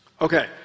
Okay